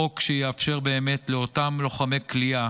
חוק שיאפשר באמת לאותם לוחמי כליאה